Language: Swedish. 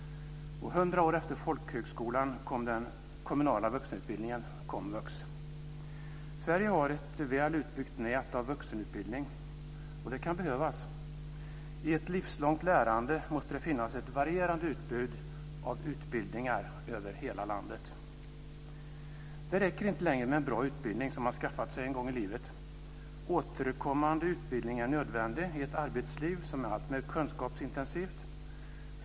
100 år efter folkhögskolan kom den kommunala vuxenutbildningen komvux. Sverige har ett väl utbyggt nät av vuxenutbildning, och det kan behövas. I ett livslångt lärande måste det finnas ett varierande utbud av utbildningar över hela landet. Det räcker inte längre med en bra utbildning som man skaffat sig en gång i livet. Återkommande utbildning är nödvändig i ett arbetsliv som är alltmer kunskapsintensivt.